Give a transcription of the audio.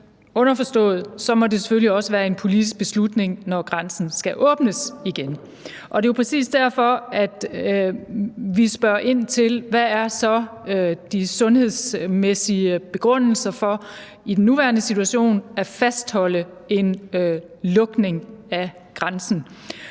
underforstået, at så må det selvfølgelig også være en politisk beslutning, når grænsen skal åbnes igen. Det er jo præcis derfor, vi spørger ind til, hvad de sundhedsmæssige begrundelser er for i den nuværende situation at fastholde en lukning af grænsen.